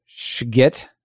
Shgit